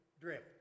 drift